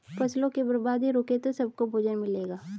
फसलों की बर्बादी रुके तो सबको भोजन मिलेगा